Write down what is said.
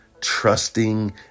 trusting